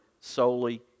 solely